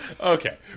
Okay